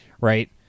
right